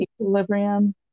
equilibrium